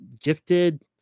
gifted